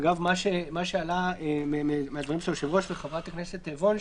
אגב מה שעלה מהדברים של היושב-ראש וחברת הכנסת וונש,